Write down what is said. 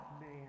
man